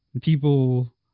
people